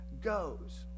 goes